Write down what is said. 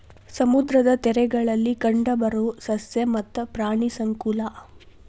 ಸಮುದ್ರದ ತೇರಗಳಲ್ಲಿ ಕಂಡಬರು ಸಸ್ಯ ಮತ್ತ ಪ್ರಾಣಿ ಸಂಕುಲಾ